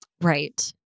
right